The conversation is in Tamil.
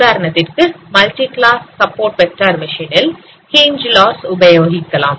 உதாரணத்திற்கு multi class support vector machine ல் hinge லாஸ் உபயோகிக்கலாம்